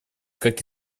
как